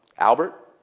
albert?